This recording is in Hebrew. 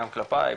גם כלפיי,